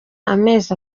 amezi